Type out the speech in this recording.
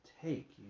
take